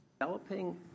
developing